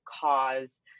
cause